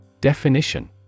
Definition